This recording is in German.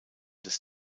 des